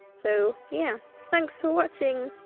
so yeah thanks for watching!